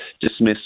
dismiss